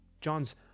john's